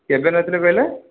କେବେ ନେଇଥିଲେ କହିଲେ